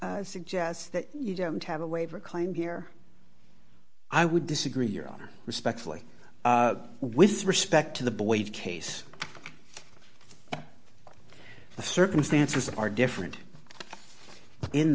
suggest that you don't have a waiver claim here i would disagree your honor respectfully with respect to the boyd case the circumstances are different in